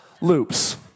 loops